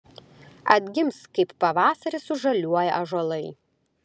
atgims kaip pavasarį sužaliuoja ąžuolai